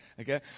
okay